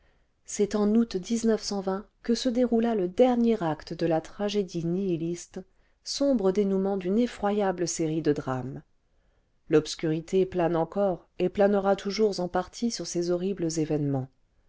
c'est en août que se déroula le dernier acte de la tragédie nihiliste sombre dénouement d'une effroyable série de drames l'obscurité plane encore et planera toujours en partie sur ces horribles événements